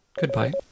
Goodbye